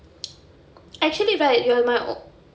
actually right you're my